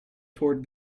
toward